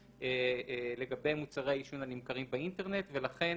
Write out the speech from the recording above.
לגבי מוצרי העישון הנמכרים באינטרנט ולכן